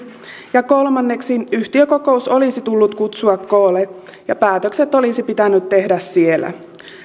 ja kolmanneksi yhtiökokous olisi tullut kutsua koolle ja päätökset olisi pitänyt tehdä siellä